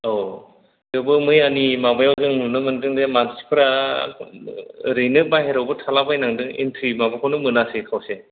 औ थेवबो मैयानि माबायाव जों नुनो मोन्दों जे मानसिफ्रा ओरैनो बाहिरायावबो थाला बायनांदों इनत्रि माबाखौनो मोनाखै खावसे